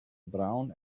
brown